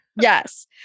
Yes